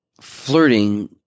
flirting